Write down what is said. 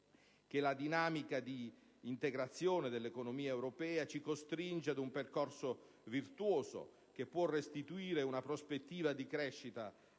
che la dinamica di integrazione dell'economia europea ci costringe ad un percorso virtuoso che può restituire una prospettiva di crescita